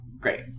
Great